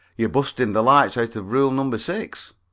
you're busting the lights out of rule number six.